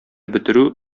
бетерү